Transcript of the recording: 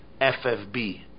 FFB